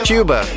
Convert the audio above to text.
Cuba